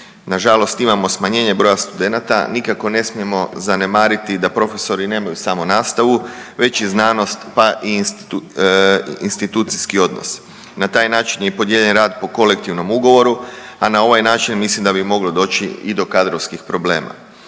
nažalost imamo smanjenje broja studenata, nikako ne smijemo zanemariti da profesori nemaju samo nastavu, već i znanost, pa i institucijski odnos. Na taj način je i podijeljen rad po kolektivnom ugovoru, a na ovaj način mislim da bi moglo doći i do kadrovskih problema,